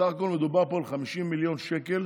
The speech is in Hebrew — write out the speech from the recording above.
בסך הכול מדובר על 50 מיליוני שקלים